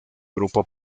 grupo